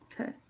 Okay